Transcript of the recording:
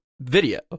video